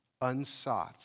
unsought